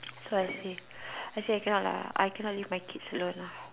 so I say I say I cannot lah I cannot leave my kids alone lah